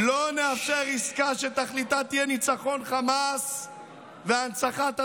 לא נאפשר עסקה שתכליתה יהיה ניצחון חמאס והנצחת הטרור.